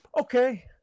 Okay